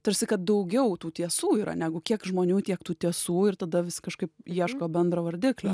tarsi kad daugiau tų tiesų yra negu kiek žmonių tiek tų tiesų ir tada vis kažkaip ieško bendro vardiklio